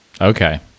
Okay